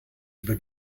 über